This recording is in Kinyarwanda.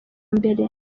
mbere